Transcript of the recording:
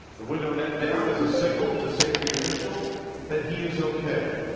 the window net down is a signal to safety officials that he is okay.